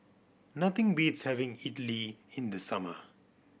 nothing beats having Idili in the summer